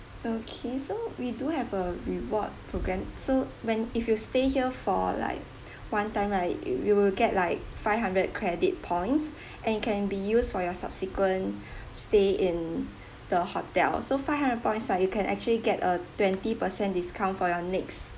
okay so we do have a reward programme so when if you stay here for like one time right you will get like five hundred credit points and can be used for your subsequent stay in the hotel so five hundred points ah you can actually get a twenty per cent discount for your next